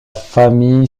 famille